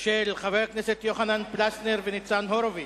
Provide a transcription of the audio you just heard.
של חברי הכנסת יוחנן פלסנר וניצן הורוביץ,